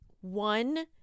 one